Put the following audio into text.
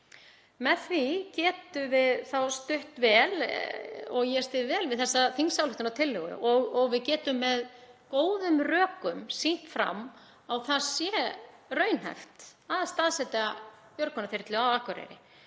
Með því getum við stutt vel og ég styð vel við þessa þingsályktunartillögu og við getum með góðum rökum sýnt fram á það sé raunhæft að staðsetja björgunarþyrlu á Akureyri